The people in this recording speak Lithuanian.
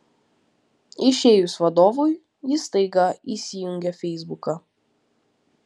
išėjus vadovui jis staiga įsijungia feisbuką